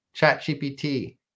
ChatGPT